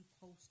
post